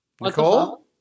Nicole